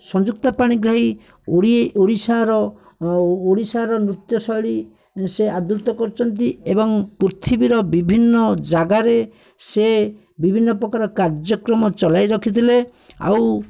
ସଂଯୁକ୍ତା ପାଣିଗ୍ରାହୀ ଓଡ଼ିଶାର ଓଡ଼ିଶାର ନୃତ୍ୟଶୈଳୀ ଆଦୃତ କରିଛନ୍ତି ଏବଂ ପୃଥିବୀର ବିଭିନ୍ନ ଜାଗାରେ ସେ ବିଭିନ୍ନପ୍ରକାର କାର୍ଯ୍ୟକ୍ରମ ଚଲାଇ ରଖିଥିଲେ ଆଉ